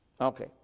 Okay